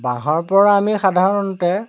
বাঁহৰ পৰা আমি সাধাৰণতে